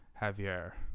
Javier